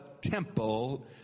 temple